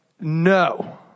no